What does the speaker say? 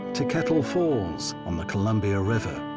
to kettle falls on the columbia river,